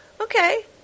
Okay